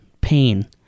pain